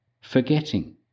Forgetting